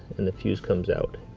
and the fuse comes out.